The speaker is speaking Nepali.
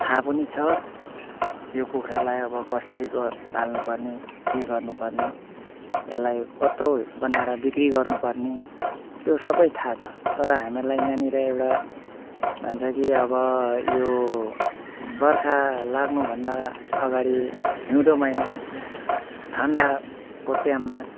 थाह पनि छ यो कुखुरालाई अब कसरी ग पाल्नुपर्ने के गर्नुपर्ने यसलाई कत्रो बनाएर बिक्री गर्नुपर्ने त्यो सबै थाह छ तर हामीहरूलाई यहााँनिर एउटा भन्छ कि अब यो बर्खा लाग्नुभन्दा अगाडि हिउँदो महिना ठन्डाको टाइममा